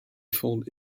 fondent